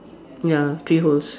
ya three holes